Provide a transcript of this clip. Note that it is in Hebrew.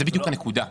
זאת בדיוק הנקודה.